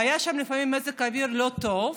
והיה שם לפעמים מזג אוויר לא טוב,